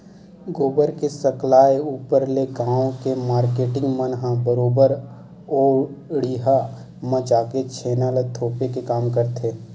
गोबर के सकलाय ऊपर ले गाँव के मारकेटिंग मन ह बरोबर ओ ढिहाँ म जाके छेना ल थोपे के काम करथे